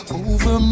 over